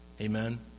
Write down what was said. Amen